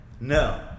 No